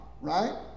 right